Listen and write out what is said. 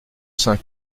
saint